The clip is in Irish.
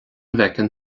bhfeiceann